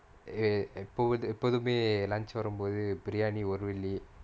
eh எப்போது எப்போதுமே:eppothu eppothumae lunch வரும்போது:varumpothu biriyani வரில்லையே:varillaiyae